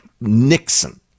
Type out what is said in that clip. Nixon